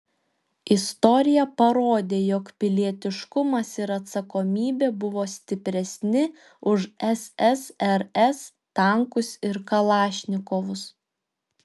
istorija parodė jog pilietiškumas ir atsakomybė buvo stipresni už ssrs tankus ir kalašnikovus